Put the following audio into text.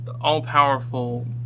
all-powerful